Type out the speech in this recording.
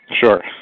Sure